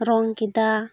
ᱨᱚᱝ ᱠᱮᱫᱟ